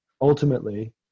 ultimately